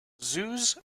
zoos